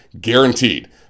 guaranteed